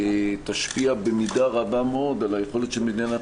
תשפיע במידה רבה מאוד על היכולת של מדינת